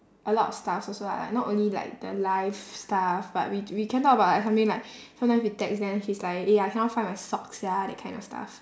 a lot of stuffs also lah like not only like the life stuff but we we can talk about something like sometimes we text then she's like eh I cannot find my socks sia that kind of stuff